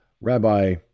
Rabbi